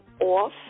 off